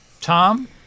Tom